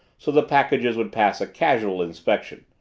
so the packages would pass a casual inspection.